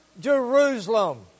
Jerusalem